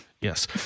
Yes